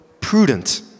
prudent